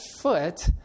foot